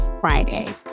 Friday